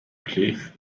cliff